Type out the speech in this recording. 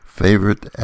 favorite